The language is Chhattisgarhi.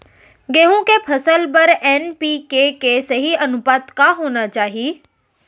गेहूँ के फसल बर एन.पी.के के सही अनुपात का होना चाही?